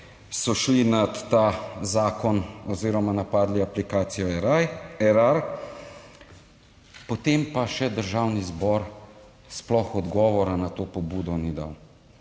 so šli nad ta zakon oziroma napadli aplikacijo Erar, potem pa še Državni zbor sploh odgovora na to pobudo ni dal